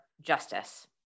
justice